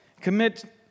Commit